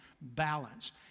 Balance